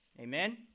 Amen